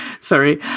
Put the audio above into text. sorry